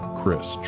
Chris